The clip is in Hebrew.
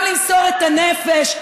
גם למסור את הנפש,